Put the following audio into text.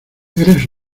eres